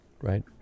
right